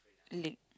leg